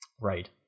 Right